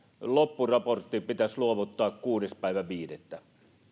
loppuraportti pitäisi luovuttaa kuudes viidettä